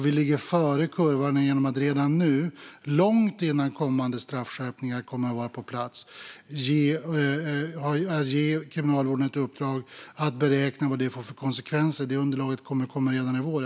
Vi ligger före kurvan genom att redan nu, långt innan kommande straffskärpningar kommer på plats, ge Kriminalvården ett uppdrag att beräkna vad det får för konsekvenser. Det underlaget kommer redan i vår.